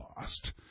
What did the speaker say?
lost